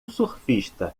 surfista